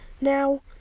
Now